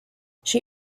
she